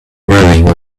running